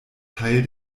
teil